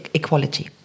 equality